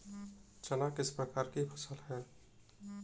चना किस प्रकार की फसल है?